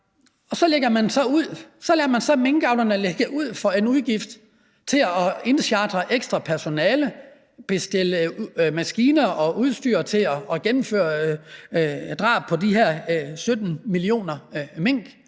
gjorde det bare. Og så lader man minkavlerne lægge ud for en udgift til at indchartre ekstra personale og til at bestille maskiner og udstyr til at gennemføre drab på de her 17 millioner mink.